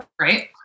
Right